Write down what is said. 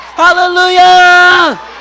Hallelujah